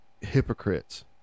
hypocrites